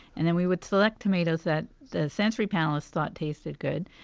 and then we would select tomatoes that the sensory panelists thought tasted good,